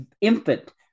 infant